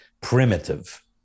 primitive